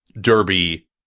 derby